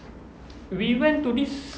we went to this